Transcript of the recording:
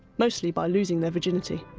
mostly by losing their virginity.